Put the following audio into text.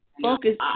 Focus